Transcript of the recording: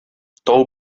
тау